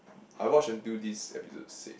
I watch until this episode six